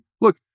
look